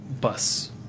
bus